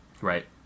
Right